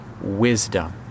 wisdom